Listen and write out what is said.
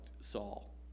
Saul